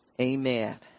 Amen